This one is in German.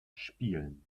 spielen